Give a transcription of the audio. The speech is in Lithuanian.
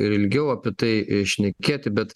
ir ilgiau apie tai šnekėti bet